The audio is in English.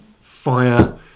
fire